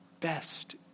best